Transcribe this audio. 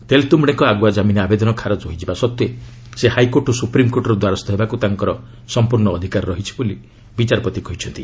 ତେଲତୁମ୍ୟଡେଙ୍କ ଆଗୁଆ ଜାମିନ ଆବେଦନ ଖାରଜ ହୋଇଯାଇଥିବା ସତ୍ତ୍ୱେ ସେ ହାଇକୋର୍ଟ ଓ ସୁପ୍ରିମ୍କୋର୍ଟଙ୍କର ଦ୍ୱାରସ୍ଥ ହେବାକୁ ତାଙ୍କର ସମ୍ପର୍ଶ୍ଣ ଅଧିକାର ରହିଛି ବୋଲି ବିଚାରପତି କହିଛନ୍ତି